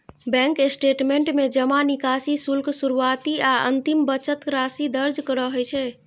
bank statement में जमा, निकासी, शुल्क, शुरुआती आ अंतिम बचत राशि दर्ज रहै छै